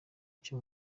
cyo